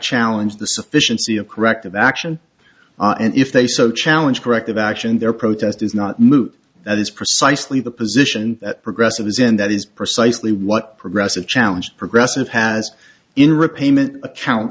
challenge the sufficiency of corrective action and if they so challenge corrective action their protest is not moot that is precisely the position that progressive is in that is precisely what progressive challenge progressive has in repayment account